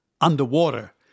underwater